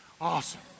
awesome